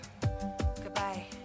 goodbye